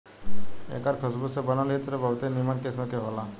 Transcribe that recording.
एकर खुशबू से बनल इत्र बहुते निमन किस्म के होला